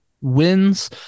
wins